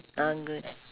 uh gr~